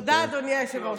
תודה, אדוני היושב-ראש.